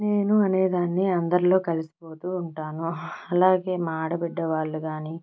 నేను అనే దాన్ని అందరిలో కలిసిపోతూ ఉంటాను అలాగే మా ఆడబిడ్డ వాళ్ళు కాని